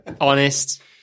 Honest